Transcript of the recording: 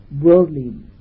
worldly